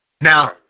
Now